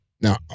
Now